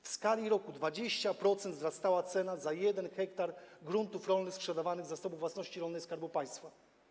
W skali roku o 20% wzrastała cena 1 ha gruntów rolnych sprzedawanych z Zasobu Własności Rolnej Skarbu Państwa.